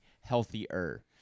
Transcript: healthier